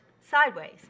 sideways